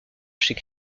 chez